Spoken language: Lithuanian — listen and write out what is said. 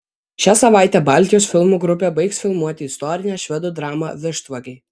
šią savaitę baltijos filmų grupė baigs filmuoti istorinę švedų dramą vištvagiai